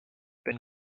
have